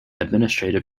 administrative